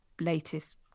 latest